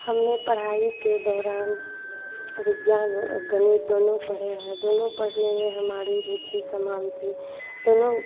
हमने पढाई के दौरान विज्ञान और गणित दोनों पढ़े हैं दोनों पढ़ने में हमारी रुचि समान थी दोनों